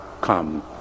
come